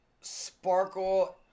Sparkle